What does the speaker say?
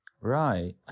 right